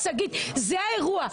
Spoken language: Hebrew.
שגית, זה האירוע.